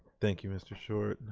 thank you, mr. short.